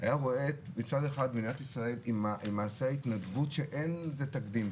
היה רואה מדינת ישראל עם מעשיי ההתנדבות שאין לזה תקדים,